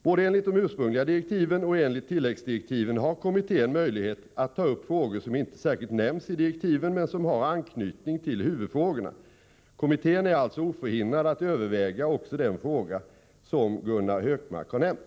Både enligt de ursprungliga direktiven och enligt tilläggsdirektiven har kommittén möjlighet att ta upp frågor som inte särskilt nämns i direktiven men som har anknytning till huvudfrågorna. Kommittén är alltså oförhindrad att överväga också den fråga som Gunnar Hökmark har nämnt.